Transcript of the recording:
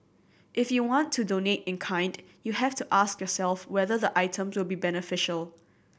if you want to donate in kind you have to ask yourself whether the items will be beneficial